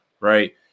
right